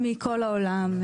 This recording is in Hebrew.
מכל העולם,